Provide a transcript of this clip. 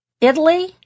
Italy